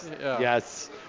yes